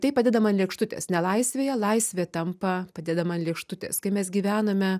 tai padedama an lėkštutės nelaisvėje laisvė tampa padedama an lėkštutės kai mes gyvename